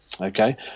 Okay